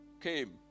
came